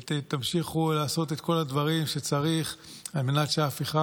תמשיכו לעשות את כל הדברים שצריך על מנת שההפיכה